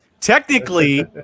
Technically